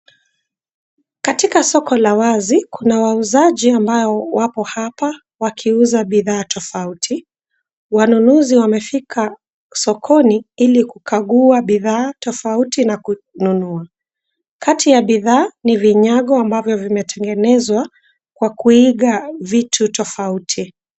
Katika soko la wazi kuna wauzaji ambao wapo hapa wakiuza bidhaa tofauti. Wanunuzi wamefika sokoni ili kukagua bidhaa tofauti na kununua. Kati ya bidhaa ni vinyago ambavyo vimetengenezwa kwa kuiga vitu tofauti.